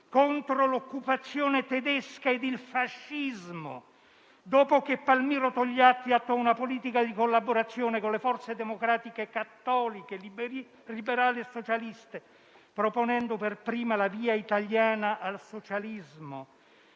contro l'occupazione tedesca ed il fascismo, dopo che Palmiro Togliatti aveva attuato una politica di collaborazione con le forze democratiche, cattoliche, liberali e socialiste, proponendo per prima la via italiana al socialismo.